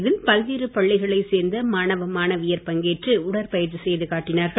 இதில் பல்வேறு பள்ளிகளைச் சேர்ந்த மாணவ மாணவியர் பங்கேற்று உடற்பயிற்சி செய்து காட்டினார்கள்